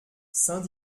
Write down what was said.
saint